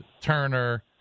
Turner